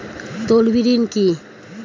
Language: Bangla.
তলবি ঋন কি?